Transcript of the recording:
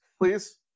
Please